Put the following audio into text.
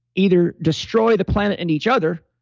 either destroy the planet and each other,